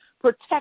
Protect